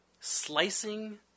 slicing